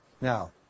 Now